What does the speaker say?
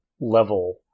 level